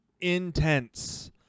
intense